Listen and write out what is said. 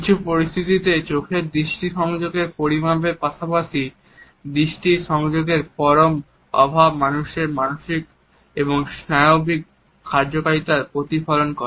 কিছু পরিস্থিতিতে চোখের দৃষ্টি সংযোগের পরিমাণের পাশাপাশি দৃষ্টির সংযোগের পরম অভাব মানুষের মানসিক অথবা স্নায়বিক কার্যকারিতার প্রতিফলন করে